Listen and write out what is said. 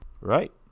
Right